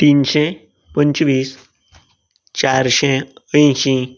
तिनशें पंचवीस चारशें अयशीं